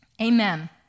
Amen